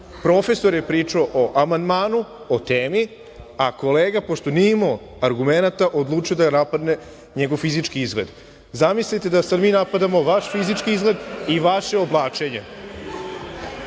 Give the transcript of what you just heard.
Profesor je pričao o amandmanu, o temi, a kolega pošto nije imao argumenata odlučio je da napadne njegov fizički izgled. Zamislite da sad mi napadamo vaš fizički izgled i vaše oblačenje.